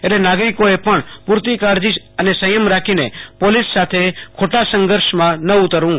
એટલે નાગરિકોઅ પણ પુરતી કાળજી અને સંયમ રાખીને પોલીસ સા થે ખોટા સંઘર્ષમાં ન ઉતરવું